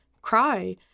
cry